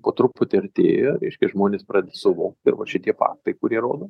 po truputį artėja reiškia žmonės pradeda suvokti ir va šitie faktai kurie rodo